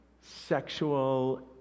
sexual